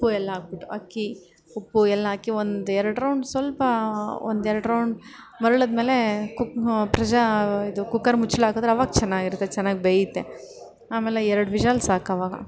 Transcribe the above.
ಉಪ್ಪು ಎಲ್ಲ ಹಾಕ್ಬಿಟ್ಟು ಅಕ್ಕಿ ಉಪ್ಪು ಎಲ್ಲ ಹಾಕಿ ಒಂದು ಎರಡು ರೌಂಡ್ ಸ್ವಲ್ಪ ಒಂದು ಎರಡು ರೌಂಡ್ ಮರಳಿದ್ಮೇಲೆ ಕುಕ್ ಪ್ರೆಷ ಇದು ಕುಕ್ಕರ್ ಮುಚ್ಚಳ ಹಾಕಿದ್ರೆ ಆವಾಗ ಚೆನ್ನಾಗಿರುತ್ತೆ ಚೆನ್ನಾಗಿ ಬೇಯುತ್ತೆ ಆಮೇಲೆ ಎರಡು ವಿಶಲ್ ಸಾಕು ಆವಾಗ